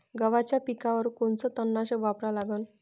गव्हाच्या पिकावर कोनचं तननाशक वापरा लागन?